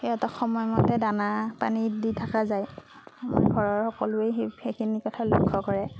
সিহঁতক সময়মতে দানা পানী দি থাকা যায় ঘৰৰ সকলোৱে সেইখিনি কথা লক্ষ্য কৰে